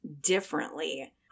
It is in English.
differently